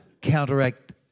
counteract